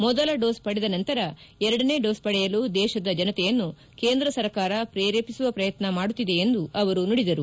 ಮೊದಲ ಡೋಸ್ ಪಡೆದ ನಂತರ ಎರಡನೇ ಡೋಸ್ ಪಡೆಯಲು ದೇತದ ಜನತೆಯನ್ನು ಕೇಂದ್ರ ಸರ್ಕಾರ ಪ್ರೇರೇಪಿಸುವ ಪ್ರಯತ್ನ ಮಾಡುತ್ತಿದೆ ಎಂದು ಅವರು ನುಡಿದರು